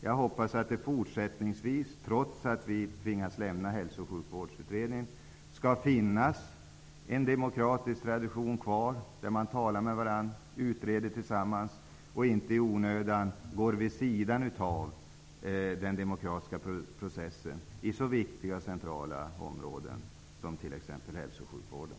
Jag hoppas att det fortsättningsvis, trots att vi tvingas lämna hälsooch sjukvårdsutredningen, skall finnas en demokratisk tradition där man talar med varandra, utreder tillsammans och inte i onödan går vid sidan av den demokratiska processen på så viktiga och centrala områden som t.ex. hälso och sjukvården.